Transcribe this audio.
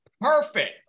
perfect